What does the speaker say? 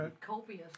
Copious